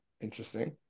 interesting